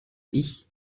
ich